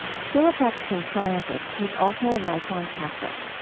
still a practicing scientist, he's also a lifelong catholic.